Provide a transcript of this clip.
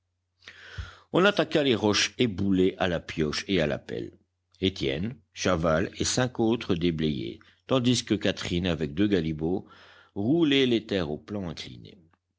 on attaqua les roches éboulées à la pioche et à la pelle étienne chaval et cinq autres déblayaient tandis que catherine avec deux galibots roulaient les terres au plan incliné